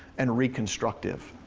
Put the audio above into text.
and reconstructive.